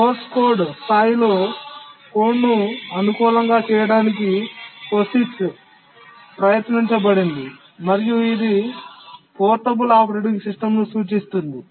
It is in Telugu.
సోర్స్ కోడ్ స్థాయిలో కోడ్ను అనుకూలంగా చేయడానికి POSIX ప్రయత్నించబడింది మరియు ఇది పోర్టబుల్ ఆపరేటింగ్ సిస్టమ్ను సూచిస్తుంది